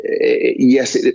yes